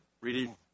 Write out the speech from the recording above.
Reading